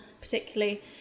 particularly